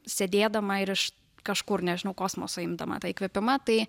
sėdėdama ir iš kažkur nežinau kosmoso imdama tą įkvėpimą tai